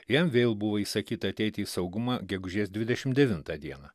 jam vėl buvo įsakyta ateiti į saugumą gegužės dvidešim devintą dieną